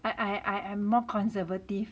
I I am more conservative